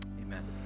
amen